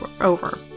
over